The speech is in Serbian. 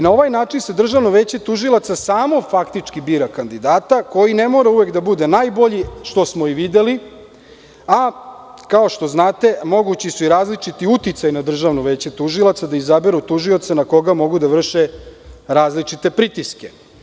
Na ovaj načinDržavno veće tužilaca samo faktički bira kandidata, koji ne mora uvek da bude najbolji, što smo i videli, a kao što znate, mogući su i različiti uticaji na Državno veće tužilaca da izaberu tužioca na koga mogu da vrše različite pritiske.